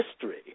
history